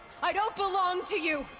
i don't belong to you!